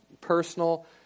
personal